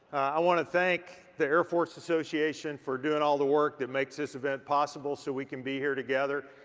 i wanna thank the air force association for doing all the work that makes this event possible so we can be here together.